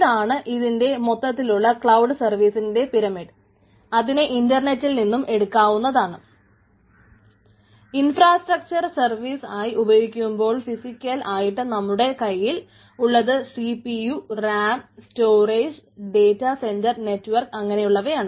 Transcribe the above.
അത് നമുക്ക് പാസ് ആയിട്ട് നമ്മുടെ കൈയിൽ ഉള്ളത് CPU RAM storage data center network അങ്ങനെയുള്ളവയാണ്